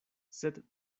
sed